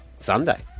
Sunday